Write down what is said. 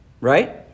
Right